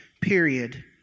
Period